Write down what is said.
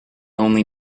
only